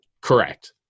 Correct